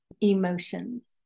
emotions